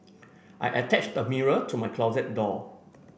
I attached a mirror to my closet door